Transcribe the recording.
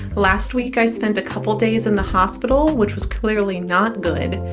last week, i spent a couple days in the hospital, which was clearly not good.